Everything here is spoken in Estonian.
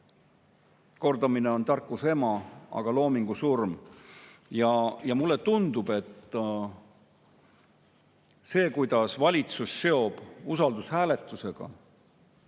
kordamine on tarkuse ema, aga loomingu surm. Ja mulle tundub, et see, kuidas valitsus seob eelnõusid usaldushääletusega,